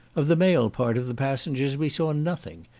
of the male part of the passengers we saw nothing,